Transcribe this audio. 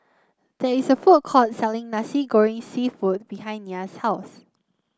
there is a food court selling Nasi Goreng seafood behind Nya's house